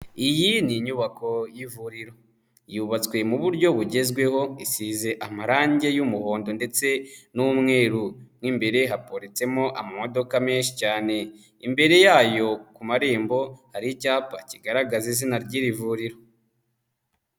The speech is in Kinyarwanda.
Iyi ni inyubako y'ivuriro. Yubatswe mu buryo bugezweho isize amarangi y'umuhondo ndetse n'umweru. Mo imbere haparitsemo amamodoka menshi cyane. Imbere yayo ku marembo hari icyapa kigaragaza izina ry'iri vuriro.